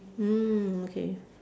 mm okay